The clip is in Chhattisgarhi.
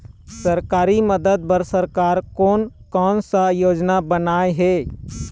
सरकारी मदद बर सरकार कोन कौन सा योजना बनाए हे?